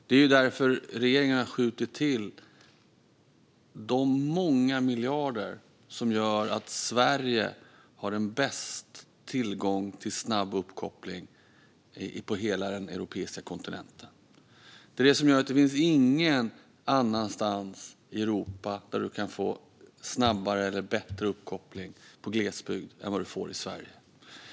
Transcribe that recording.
Det är därför regeringen har skjutit till de många miljarder som gör att Sverige har bäst tillgång till snabb uppkoppling på hela den europeiska kontinenten. Det är det som gör att du ingen annanstans i Europa kan få snabbare eller bättre uppkoppling i glesbygd än vad du får i Sverige.